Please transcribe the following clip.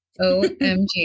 OMG